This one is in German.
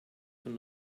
von